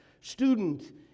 student